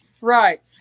Right